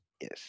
Yes